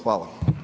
Hvala.